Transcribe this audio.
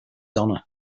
honor